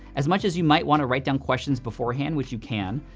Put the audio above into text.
as much as you might wanna write down questions beforehand, which you can,